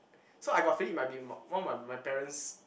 so I got feeling it might be one of my my parents